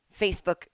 Facebook